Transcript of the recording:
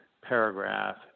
paragraph